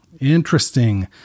Interesting